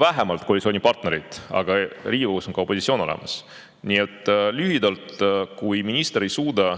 vähemalt koalitsioonipartnereid, aga Riigikogus on ka opositsioon olemas. Nii et lühidalt: kui minister ei suuda